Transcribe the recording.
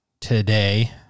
today